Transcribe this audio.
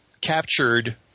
captured